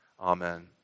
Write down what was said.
Amen